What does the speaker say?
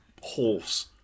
Horse